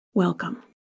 Welcome